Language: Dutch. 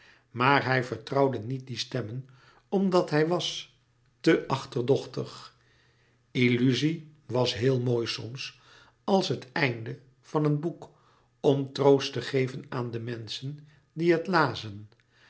maar hij vertrouwde niet die stemmen omdat hij was te achterdochtig illuzie was heel mooi soms als het einde van een boek om troost te geven aan de menschen die het lazen